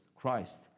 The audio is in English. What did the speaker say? Christ